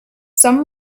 some